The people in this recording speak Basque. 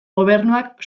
gobernuak